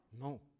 No